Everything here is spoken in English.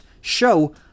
show